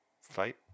fight